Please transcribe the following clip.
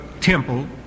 temple